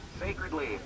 Sacredly